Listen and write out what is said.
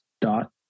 dot